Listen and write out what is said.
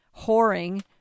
whoring